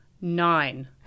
Nine